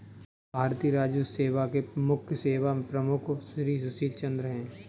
भारतीय राजस्व सेवा के मुख्य सेवा प्रमुख श्री सुशील चंद्र हैं